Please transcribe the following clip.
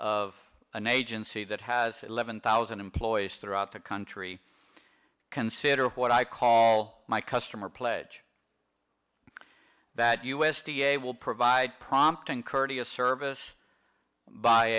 of an agency that has eleven thousand employees throughout the country consider what i call my customer pledge that u s d a will provide prompt and courteous service by